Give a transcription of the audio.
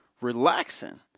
relaxing